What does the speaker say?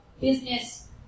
business